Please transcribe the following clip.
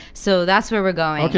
so that's where we're going.